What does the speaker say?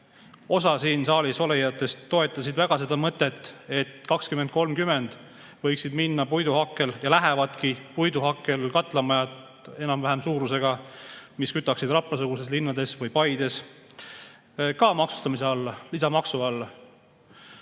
Osa siin saalis olijatest toetas väga seda mõtet, et 2030 võiksid minna ja lähevadki puiduhakkel katlamajad, mis on enam-vähem sellise suurusega, mis kütavad Rapla-sugustes linnades või Paides, ka maksustamise alla, lisamaksu alla.